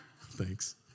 Thanks